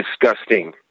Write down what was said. disgusting